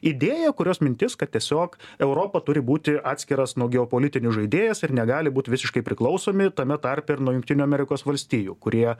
idėja kurios mintis kad tiesiog europa turi būti atskiras nuo geopolitinių žaidėjas ir negali būt visiškai priklausomi tame tarpe ir nuo jungtinių amerikos valstijų kurie